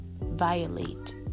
violate